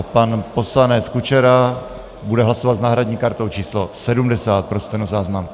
Pan poslanec Kučera bude hlasovat s náhradní kartou číslo 70, pro stenozáznam.